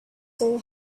soul